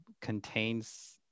contains